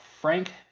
Frank